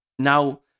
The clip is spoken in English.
Now